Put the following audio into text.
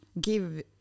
give